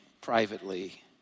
privately